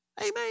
Amen